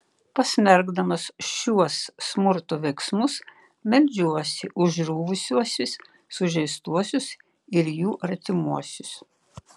pasmerkdamas šiuos smurto veiksmus meldžiuosi už žuvusiuosius sužeistuosius ir jų artimuosius